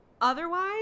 otherwise